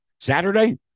Saturday